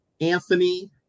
Anthony